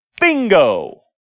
Bingo